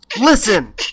Listen